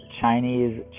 Chinese